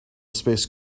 space